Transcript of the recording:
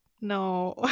no